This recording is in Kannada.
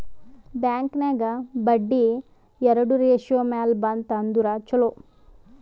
ಬ್ಯಾಂಕ್ ನಾಗ್ ಬಡ್ಡಿ ಎರಡು ರೇಶಿಯೋ ಮ್ಯಾಲ ಬಂತ್ ಅಂದುರ್ ಛಲೋ